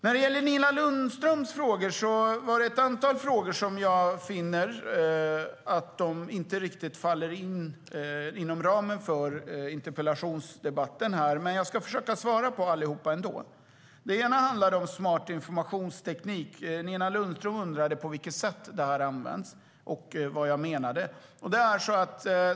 Jag finner att ett antal av Nina Lundströms frågor inte riktigt faller inom ramen för denna interpellationsdebatt. Men jag ska försöka svara på alla frågor ändå. En av frågorna handlade om smart informationsteknik. Nina Lundström undrade på vilket sätt detta används och vad jag menade.